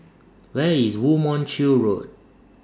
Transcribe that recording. Where IS Woo Mon Chew Road